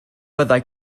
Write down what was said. fyddai